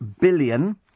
billion